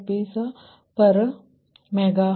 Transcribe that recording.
64 Rshr